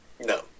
No